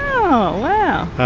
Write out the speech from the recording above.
oh wow.